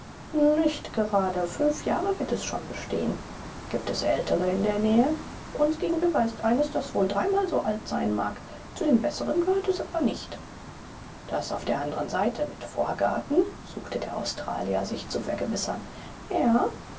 nicht gerade fünf jahre wird es schon bestehen gibt es ältere in der nähe uns gegenüber ist eines das wohl dreimal so alt sein mag zu den besseren gehört es aber nicht das auf der anderen seite mit vorgarten suchte der australier sich zu vergewissern ja